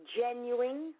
genuine